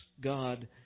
God